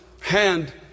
hand